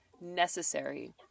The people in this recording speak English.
necessary